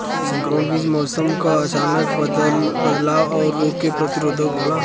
संकर बीज मौसम क अचानक बदलाव और रोग के प्रतिरोधक होला